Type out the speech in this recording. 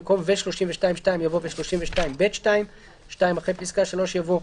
במקום "ו-32(2)" יבוא "ו-32(ב)(2)"; (2)אחרי פסקה (3) יבוא: